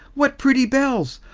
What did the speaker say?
what pretty bells!